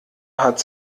hat